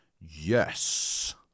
yes